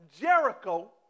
Jericho